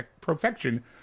perfection